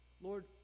Lord